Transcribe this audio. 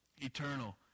eternal